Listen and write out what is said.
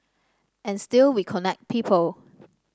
and still we connect people